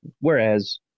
Whereas